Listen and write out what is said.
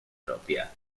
propia